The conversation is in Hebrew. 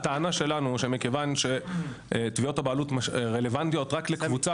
הטענה שלנו היא שמכיוון שתביעות הבעלות רלוונטיות רק לקבוצה